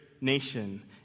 nation